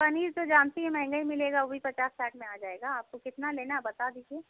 पनीर तो जानती हैं महंगा ही मिलेगा वो भी पचास साठ में आ जाएगा आपको कितना लेना है बता दीजिए